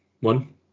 One